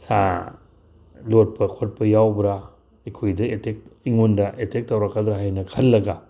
ꯁꯥ ꯂꯣꯠꯄ ꯈꯣꯠꯄ ꯌꯥꯎꯕ꯭ꯔꯥ ꯑꯩꯈꯣꯏꯗ ꯑꯇꯦꯛ ꯑꯩꯉꯣꯟꯗ ꯑꯦꯇꯦꯛ ꯇꯧꯔꯛꯀꯗ꯭ꯔꯥ ꯍꯥꯏꯅ ꯈꯜꯂꯒ